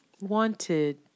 wanted